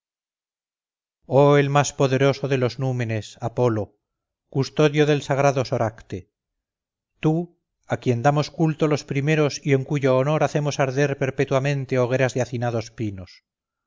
el más poderoso de los númenes apolo custodio del sagrado soracte tú a quien damos culto los primeros y en cuyo honor hacemos arder perpetuamente hogueras de hacinados pinos